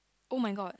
oh-my-god